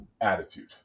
attitude